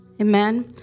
Amen